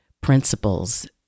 principles